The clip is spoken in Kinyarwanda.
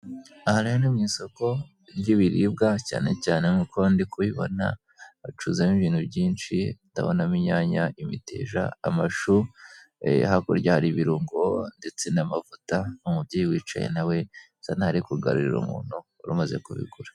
Iyi shusho iratwereka igipapuro cyasohotseho itangazo ritangariza abaturarwanda, abakozi ba leta, ko hari hari ibiruhuko bikurikira: iminsi mikuru izwi cyane mu Rwanda ndetse no ku isi, kugirango abakozi babashe kuyizihiza neza.